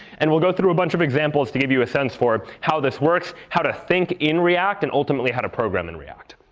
and we'll go through a bunch of examples to give you a sense for how this works, how to think in react, and ultimately, how to program in react.